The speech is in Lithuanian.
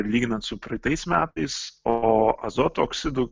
lyginant su praeitais metais o azoto oksidų